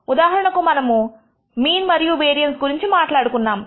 ఉదాహరణకు మనము మనం మీన్ మరియు వేరియన్స్ గురించి మాట్లాడుకున్నాము